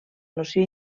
noció